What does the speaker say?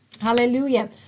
Hallelujah